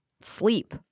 sleep